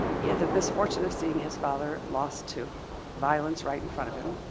he had the misfortune of seeing his father lost to violence right in front of him.